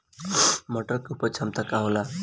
मटर के उपज क्षमता का होला?